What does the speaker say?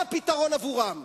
מה הפתרון עבורם?